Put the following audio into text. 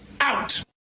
out